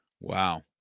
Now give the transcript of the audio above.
wow